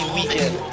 Weekend